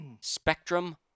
Spectrum